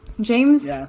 james